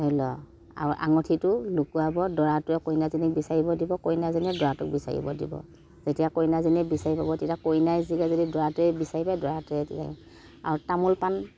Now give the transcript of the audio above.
আৰু আঙঠিটো লুকুৱাব দৰাটোৱে কইনাজনীক বিচাৰিব দিব কইনাজনীয়ে দৰাটোক বিচাৰিব দিব যেতিয়া কইনাজনীয়ে বিচাৰি পাব তেতিয়া কইনা জিকে যদি দৰাটোৱে বিচাৰি পায় দৰাটোৱে জিকে আৰু তামোল পাণ